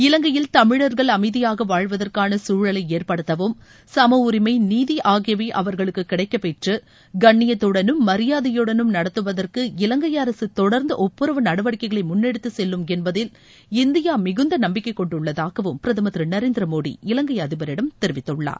இலங்கையில் தமிழர்கள் அமைதியாக வாழ்வதற்கான சூழலை ஏற்படுத்தவும் சம உரிமை நீதி ஆகியவை அவர்களுக்கு கிடைக்கப்பெற்று கண்ணியத்தடனும் மரியாதையுடனும் நடத்துவதற்கு இலங்கை அரசு தொடர்ந்து ஒட்புறவு நடவடிக்கைகளை முன்னெடுத்திச் செல்லும் என்பதில் இந்தியா மிகுந்த நம்பிக்கை கொண்டுள்ளதாகவும் பிரதமர் திரு நரேந்திர மோடி இலங்கை அதிபரிடம் தெரிவித்துள்ளார்